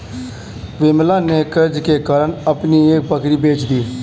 विमला ने कर्ज के कारण अपनी एक बकरी बेच दी